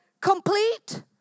complete